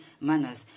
manners